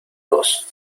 dos